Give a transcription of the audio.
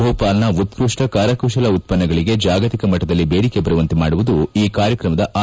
ಭೋಪಾಲ್ನ ಉತ್ತಷ್ಷ ಕರಕುಶಲ ಉತ್ತನ್ನಗಳಿಗೆ ಜಾಗತಿಕ ಮಟ್ಟದಲ್ಲಿ ಬೇಡಿಕೆ ಬರುವಂತೆ ಮಾಡುವುದು ಈ ಕಾರ್ಯಕ್ರಮದ ಆಶಯವಾಗಿದ್ಲು